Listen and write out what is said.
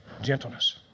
gentleness